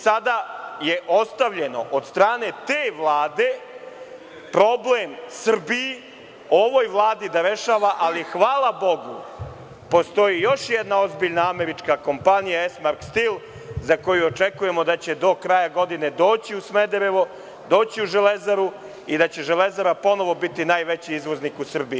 Sada je ostavljeno od strane te Vlade problem Srbiji, ovoj Vladi da rešava, ali hvala Bogu, postoji još jedna ozbiljna američka kompanija, „Esmark stil“, koji očekujemo da će do kraja godine doći u Smederevo, doći u „Železaru“ i da će „Železara“ ponovo biti najveći izvoznik u Srbiji.